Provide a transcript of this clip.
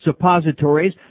suppositories